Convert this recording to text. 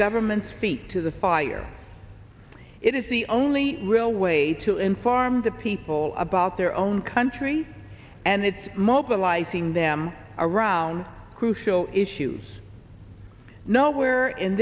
government's feet to the fire it is the only real way to inform the people about their own country and it's mobilizing them around crucial issues nowhere in